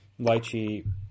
lychee